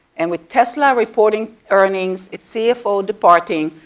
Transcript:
and with tesla reporting earnings, it's cfo deporting,